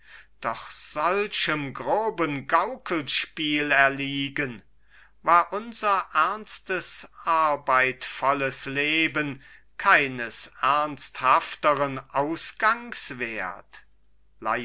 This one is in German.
doch solchem groben gaukelspiel erliegen war unser ernstes arbeitvolles leben keines ernsthaftern